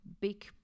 big